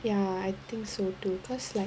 ya I think so too cause like